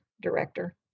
director